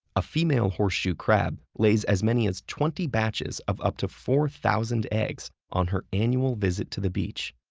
a female horseshoe crab lays as many as twenty batches of up to four thousand eggs on her annual visit to the beach.